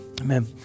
Amen